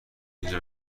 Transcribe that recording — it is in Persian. اینجا